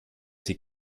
sie